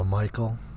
Michael